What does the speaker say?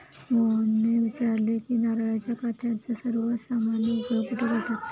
मोहनने विचारले की नारळाच्या काथ्याचा सर्वात सामान्य उपयोग कुठे करतात?